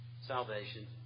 salvation